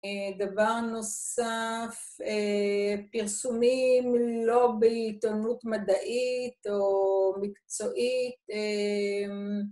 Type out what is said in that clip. דבר נוסף, פרסומים לא בעיתונות מדעית או מקצועית